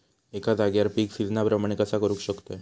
एका जाग्यार पीक सिजना प्रमाणे कसा करुक शकतय?